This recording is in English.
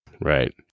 Right